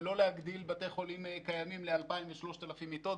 ולא להגדיל בתי חולים קיימים ל-2,000 ו-3,000 מיטות.